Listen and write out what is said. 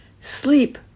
Sleep